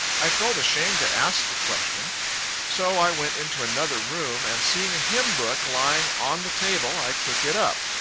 i felt ashamed to ask the question so i went into another room and seeing a hymn book lying on the table, i took it up.